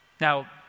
Now